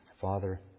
Father